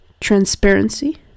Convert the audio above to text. transparency